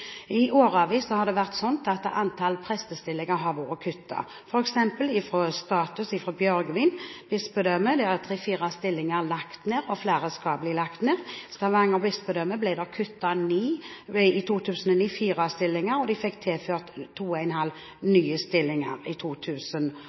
I årevis har det vært sånn at antall prestestillinger har blitt kuttet, f.eks. er status fra Bjørgvin bispedømme at tre–fire stillinger er lagt ned, og flere skal bli lagt ned. I Stavanger bispedømme ble det i 2009 kuttet fire stillinger, og de fikk tilført